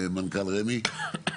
מנכ"ל רמ"י.